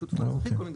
אוקיי.